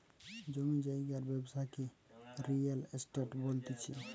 জমি জায়গার ব্যবসাকে রিয়েল এস্টেট বলতিছে